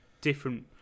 different